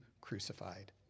crucified